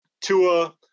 Tua